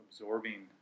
Absorbing